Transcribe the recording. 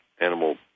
animal